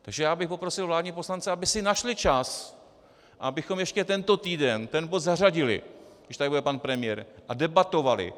Takže já bych poprosil vládní poslance, aby si našli čas, abychom ještě tento týden ten bod zařadili, když tady bude pan premiér, a debatovali.